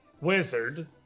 wizard